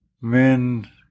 men